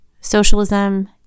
socialism